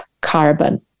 carbon